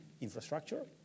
infrastructure